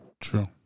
True